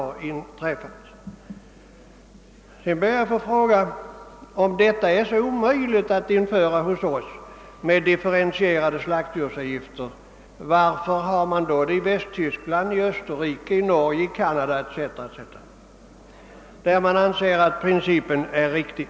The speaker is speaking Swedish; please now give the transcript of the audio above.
Vidare vill jag fråga, varför det är så omöjligt att här i Sverige införa differentierade slaktdjursavgifter. Man har ju gjort det i Västtyskland, Österrike, Norge, Canada och andra länder. Där anser man tydligen att principen är riktig.